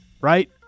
right